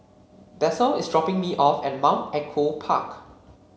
Bethel is dropping me off at Mount Echo Park